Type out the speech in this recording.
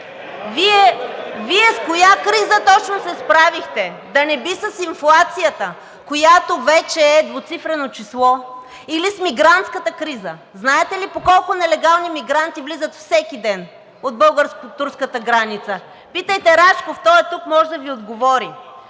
Вие с коя точно криза се справихте? Да не би с инфлацията, която вече е двуцифрено число? Или с мигрантската криза? Знаете ли по колко нелегални мигранти влизат всеки ден от българо-турската граница? Питайте Рашков, той е тук, може да Ви отговори.